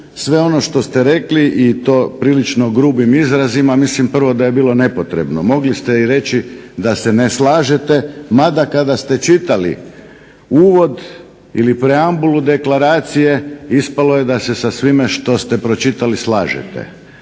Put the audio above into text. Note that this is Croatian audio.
sve ono što ste rekli i to prilično grubim izrazima, mislim prvo da je bilo nepotrebno. Mogli ste i reći da se ne slažete, mada kada ste čitali uvod ili preambulu deklaracije ispalo je da se sa svime što ste pročitali slažete.